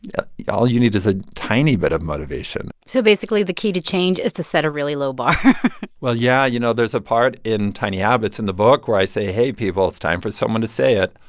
yeah yeah all you need is a tiny bit of motivation so basically, the key to change is to set a really low bar well, yeah. you know, there's a part in tiny habits, in the book, where i say, hey, people, it's time for someone to say it.